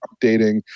updating